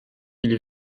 ils